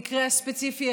במקרה הספציפי,